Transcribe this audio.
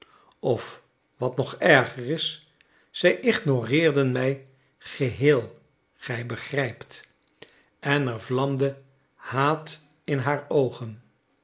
of wat nog erger is zij ignoreerden mij geheel gij begrijpt en er vlamde haat in haar oogen